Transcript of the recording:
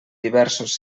diversos